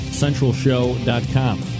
centralshow.com